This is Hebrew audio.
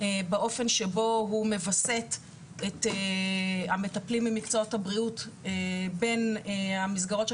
באופן שבו הוא מווסת את המטפלים במקצועות הבריאות בין המסגרות של